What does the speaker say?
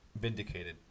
Vindicated